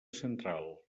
central